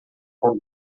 com